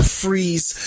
freeze